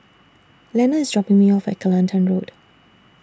Lenna IS dropping Me off At Kelantan Road